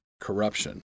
corruption